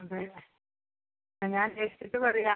അതേ ആ ഞാൻ അന്വേഷിച്ചിട്ട് പറയാം